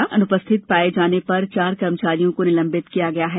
इस दौरान अनुपस्थित पाये जाने पर चार कर्मचारियों को निलंबित किया गया है